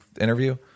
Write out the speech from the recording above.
interview